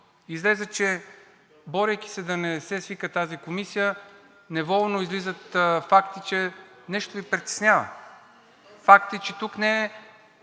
Излезе, че борейки се да не се свика тази комисия, неволно излизат факти, че нещо Ви притеснява, факти, че тук не са,